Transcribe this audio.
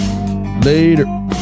Later